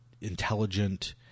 intelligent